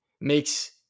makes